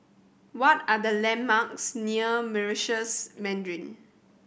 what are the landmarks near Meritus Mandarin